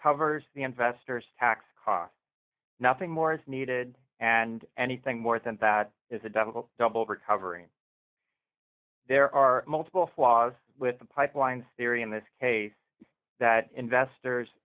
covers the investors tax cost nothing more is needed and anything more than that is a double double recovery and there are multiple flaws with the pipeline theory in this case that investors